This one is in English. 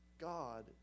God